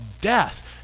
death